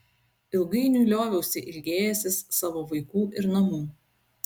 ilgainiui lioviausi ilgėjęsis savo vaikų ir namų